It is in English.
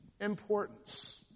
importance